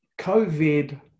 COVID